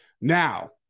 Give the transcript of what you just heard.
Now